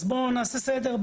אז בוא נעשה סדר.